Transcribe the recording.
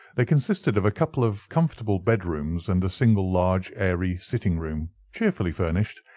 they consisted of a couple of comfortable bed-rooms and a single large airy sitting-room, cheerfully furnished,